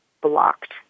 blocked